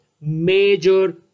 major